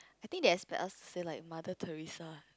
I think they expect us say like Mother Teresa